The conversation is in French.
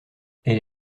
elle